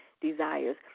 desires